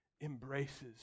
embraces